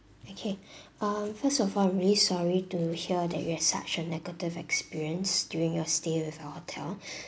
okay um first of all I really sorry to hear that you had such a negative experience during your stay with our hotel